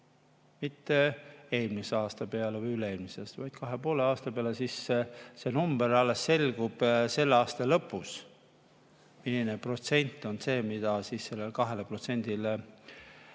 mitte eelmise aasta peale või üle-eelmise aasta peale, vaid kahe ja poole aasta peale, siis see number alles selgub selle aasta lõpus, milline protsent on see, mida siis sellele 2%‑le